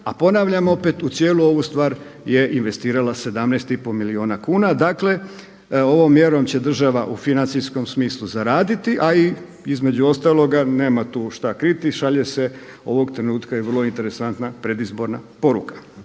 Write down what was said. a ponavljam opet u cijelu ovu stvar je investirala 17,5 milijuna kuna. Dakle ovom mjeru će država u financijskom smislu zaraditi, a između ostaloga nema tu šta kriti, šalje se ovog trenutka i vrlo interesantna predizborna poruka.